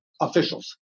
officials